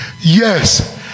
yes